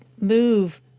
move